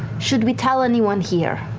should we tell anyone here?